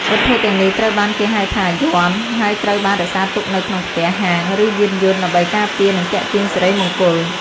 វត្ថុទាំងនេះត្រូវបានគេហៅថា យ័ន្ត ហើយត្រូវបានរក្សាទុកនៅក្នុងផ្ទះ ហាង ឬយានយន្តដើម្បីការពារនិងទាក់ទាញសិរីមង្គល។